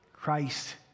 Christ